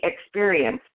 experience